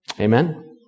Amen